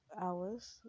hours